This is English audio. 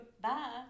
Bye